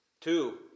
Two